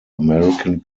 american